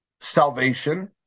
salvation